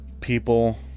people